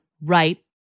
right